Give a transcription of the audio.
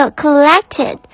collected，